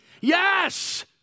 Yes